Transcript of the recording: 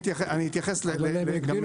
אתייחס לכל דבר.